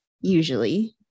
usually